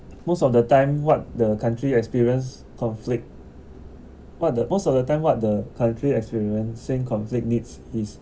most of the time what the country experience conflict what the most of the time what the country experiencing conflict needs is